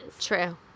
true